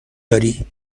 داری